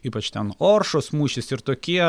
ypač ten oršos mūšis ir tokie